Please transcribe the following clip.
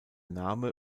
name